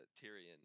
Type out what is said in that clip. Tyrion